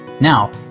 Now